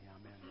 amen